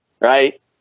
Right